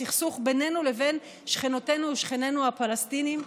הסכסוך בינינו לבין שכנותינו ושכנינו הפלסטינים,